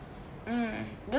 mm